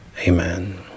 amen